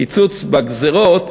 קיצוץ בגזירות,